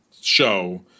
show